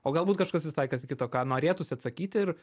o galbūt kažkas visai kas kita ką norėtųsi atsakyti ir